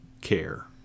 care